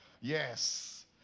Yes